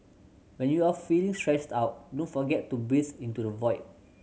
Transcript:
when you are feeling stressed out don't forget to breathe into the void